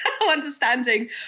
understanding